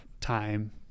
time